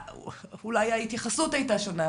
ואולי ההתייחסות הייתה שונה.